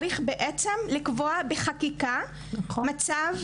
צריך בעצם לקבוע בחקיקה מצב,